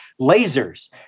lasers